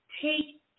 take